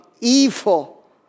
evil